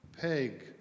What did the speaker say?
Peg